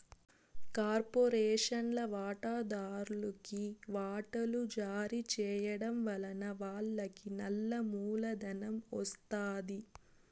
కార్పొరేషన్ల వాటాదార్లుకి వాటలు జారీ చేయడం వలన వాళ్లకి నల్ల మూలధనం ఒస్తాది